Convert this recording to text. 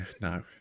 No